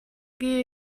gehe